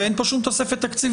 הרי אין פה שום תוספת תקציבית.